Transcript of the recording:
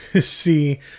see